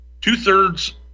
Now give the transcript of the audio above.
two-thirds